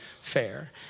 fair